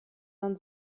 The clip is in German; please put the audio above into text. man